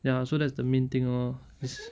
ya so that's the main thing lor is